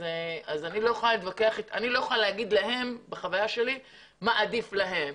אז אני לא יכולה להגיד להם מה עדיף להם.